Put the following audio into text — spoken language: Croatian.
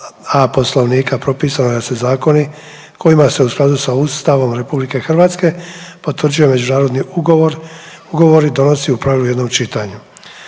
Poslovnika propisano je da se zakoni kojima se u skladu sa Ustavom RH potvrđuje međunarodni ugovori donosi u pravilu u jednom čitanju.